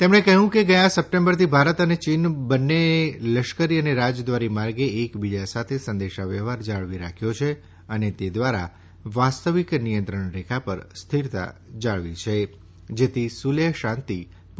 તેમણે કહ્યું કે ગયા સપ્ટેમ્બરથી ભારત અને ચીન બંનેએ લશ્કરી અને રાજદ્વારી માર્ગે એક બીજા સાથે સંદેશાવ્યવહાર જાળવી રાખ્યો છે અને તે દ્વારા વાસ્તવિક નિયંત્રણ રેખા પર સ્થિરતા જાળવી છે જેથી સુલેહ શાંતિ પુનઃ સ્થાપિત થાય